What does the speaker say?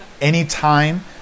anytime